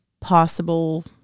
possible